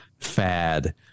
fad